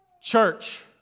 Church